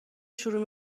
شروع